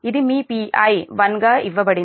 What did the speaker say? ఇది మీ Pi 1గా ఇవ్వబడింది